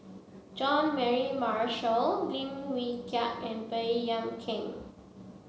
Jean Mary Marshall Lim Wee Kiak and Baey Yam Keng